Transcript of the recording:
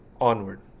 onward